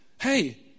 Hey